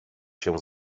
się